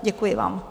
Děkuji vám.